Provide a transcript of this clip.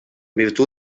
virtut